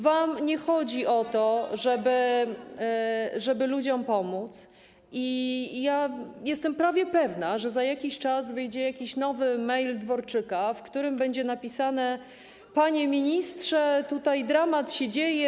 Wam nie chodzi o to, żeby ludziom pomóc i ja jestem prawie pewna, że za pewien czas wyjdzie jakiś nowy mail Dworczyka, w którym będzie napisane: Panie ministrze, tutaj dramat się dzieje.